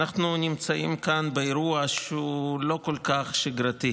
נמצאים כאן באירוע שהוא לא כל כך שגרתי